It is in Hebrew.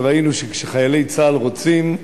ראינו שכשחיילי צה"ל רוצים,